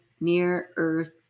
Near-Earth